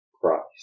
Christ